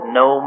no